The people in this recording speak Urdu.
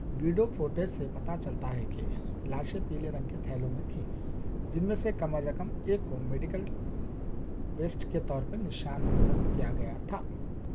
ویڈیو فوٹیج سے پتہ چلتا ہے کہ لاشیں پیلے رنگ کے تھیلوں میں تھیں جن میں سے کم از کم ایک کو میڈیکل ویسٹ کے طور پر نشان زد کیا گیا تھا